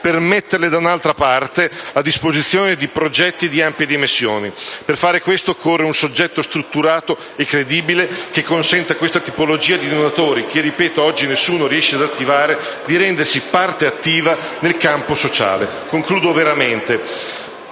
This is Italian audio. per metterle da un'altra parte, a disposizione di progetti di ampie dimensioni. Per fare questo occorre un soggetto strutturato e credibile, che consenta a questa tipologia di donatori, che oggi nessuno riesce ad attivare, di rendersi parte attiva nel campo sociale. Questa